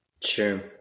Sure